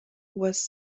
was